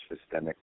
systemic